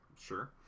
Sure